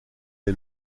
est